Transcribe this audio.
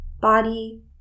body